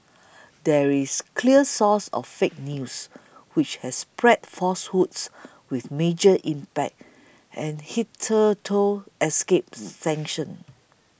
there is clear source of 'fake news' which has spread falsehoods with major impact and hitherto escaped sanction